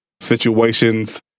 situations